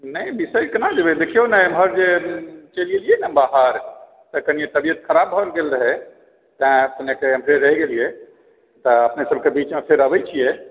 नहि बिसरि केना जेबै देखिऔ ने एमहर जे चलि गेलियै ने बाहर तऽ कनि तबियत खराब भऽ गेल रहै तैँ अपनेकेँ बिसरि गेलियै तऽ अपनेसभके बीचमे फेर अबैत छियै